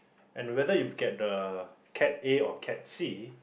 and whether you get the cat A or cat C